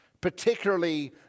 particularly